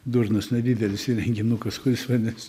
durnas nedidelis įrenginukas kuris vadinas